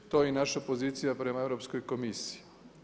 I to je naša pozicija prema Europskoj komisiji.